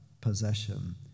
possession